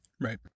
Right